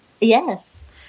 Yes